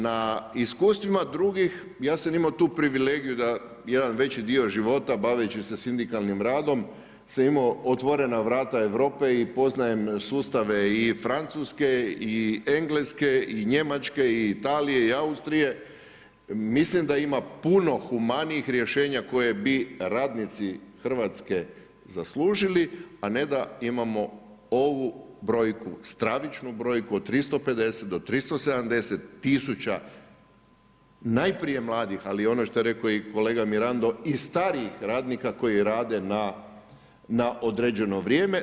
Na iskustvima drugih, ja sam imao tu privilegiju, da jedan veći dio života, baveći se sindikalnim radom, sam imao otvorena vrata Europe i poznajem i sustave i Francuske i Engleske i Njemačke i Italije i Austrije, mislim da ima puno humanijih rješenja kojeg bi radnici Hrvatske zaslužili, a ne da imamo ovu broju stravičnu brojku, od 350-370 tisuća najprije mladih, ali i ono što je rekao i kolega Mirando i starijih radnika, koji rade na određeno vrijeme.